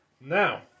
Now